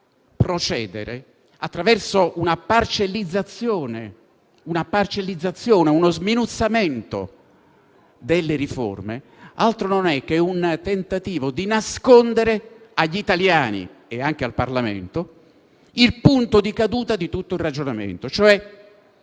procedere attraverso una parcellizzazione e uno sminuzzamento delle riforme altro non è che un tentativo di nascondere agli italiani e anche al Parlamento tutto il ragionamento che